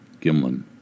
Gimlin